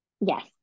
yes